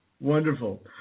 Wonderful